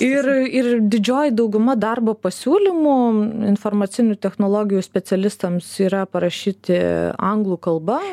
ir ir didžioji dauguma darbo pasiūlymų informacinių technologijų specialistams yra parašyti anglų kalba